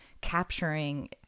capturing